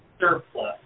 surplus